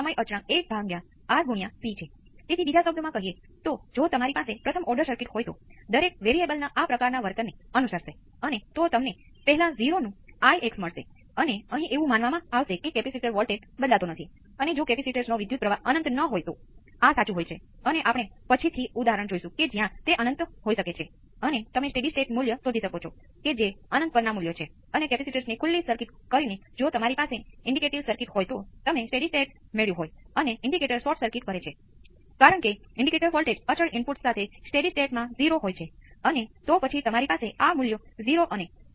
મહત્વની વસ્તુ અહીં એ છે કે જો તમે રેખીય પ્રણાલીમાં સાઇનુંસોઇડલ લાગુ કરો છો તો ફોર્સ રિસ્પોન્સ એ બરાબર સમાન ફ્રીક્વન્સીનો સાઇનુંસોઇડલ હશે તમે રેખીય પ્રણાલીમાંથી કોઈ નવી ફ્રીક્વન્સી ઉત્પન્ન કરી શકતા નથી તમે cos ઓફ ω t લાગુ કર્યું છે જે તમને માત્ર cos ω t આપશે કારણ કે તે એમ્પ્લિટ્યુડ છે પરિવર્તન છે તે ફેસ બદલાય છે તે બધું જ છે